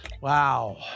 wow